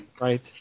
Right